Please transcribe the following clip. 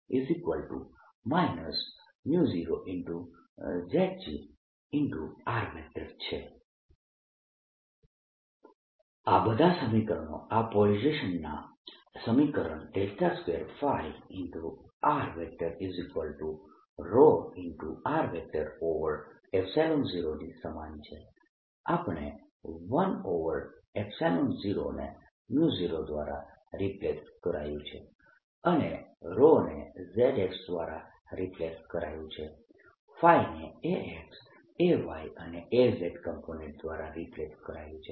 2Ax 0 Jx 2Ay 0 Jy 2Az 0 Jz આ બધાં સમીકરણો આ પોઈસનનાં સમીકરણ 2φ r0 ની સમાન છે આપણે 10ને 0 દ્વારા રિપ્લેસ કરાયું છે અને ને Jx દ્વારા રિપ્લેસ કરાયું છે ને Ax Ayઅને Az કોમ્પોનેન્ટ દ્વારા રિપ્લેસ કરાયું છે